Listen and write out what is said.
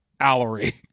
Allery